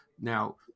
Now